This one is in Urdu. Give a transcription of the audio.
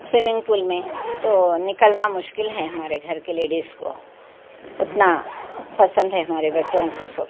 سویمنگ پول میں تو نکلنا مشکل ہے ہمارے گھر کے لیڈیز کو اتنا پسند ہے ہمارے بچوں کو سب